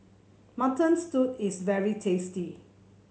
Mutton Stew is very tasty